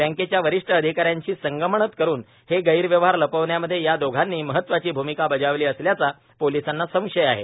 बँकेच्या वरिष्ठ अधिकाऱ्यांशी संगनमत करून हे गैरव्यवहार लपवण्यामध्ये या दोघांनी महत्वाची भूमिका बजावली असल्याचा पोलिसांचा संशय आहे